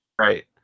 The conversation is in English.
right